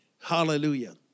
Hallelujah